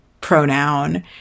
pronoun